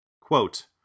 Quote